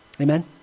Amen